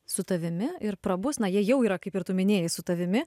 su tavimi ir prabus na jie jau yra kaip ir tu minėjai su tavimi